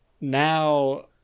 now